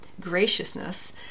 graciousness